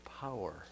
power